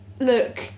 look